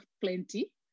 plenty